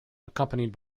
accompanied